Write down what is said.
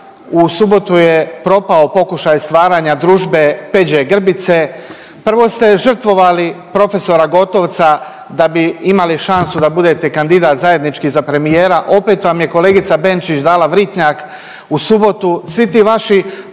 u subotu je propao pokušaj stvaranja družbe Peđe Grbice. Prvo ste žrtvovali profesora Gotovca da bi imali šansu da budete kandidat zajednički za premijera, opet vam je kolegica Benčić dala vritnjak. U subotu